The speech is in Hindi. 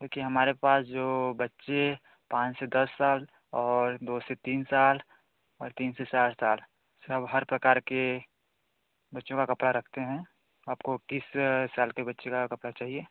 देखिए हमारे पास जो बच्चे पाँच से दस साल और दो से तीन साल और तीन से चार साल सब हर प्रकार के बच्चों के कपड़े रखते हैं आपको किस साल के बच्चे का कपड़ा चाहिए